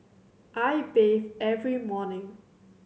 I bathe every morning